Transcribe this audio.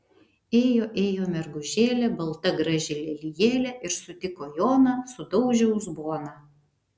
ėjo ėjo mergužėlė balta graži lelijėlė ir sutiko joną sudaužė uzboną